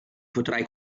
potrai